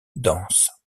dense